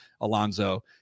Alonzo